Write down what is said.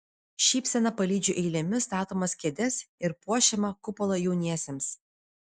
šypsena palydžiu eilėmis statomas kėdes ir puošiamą kupolą jauniesiems